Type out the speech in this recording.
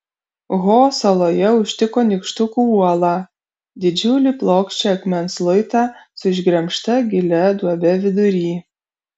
ho saloje užtiko nykštukų uolą didžiulį plokščią akmens luitą su išgremžta gilia duobe vidury